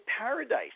Paradise